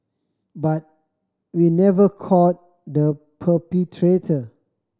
but we never caught the perpetrator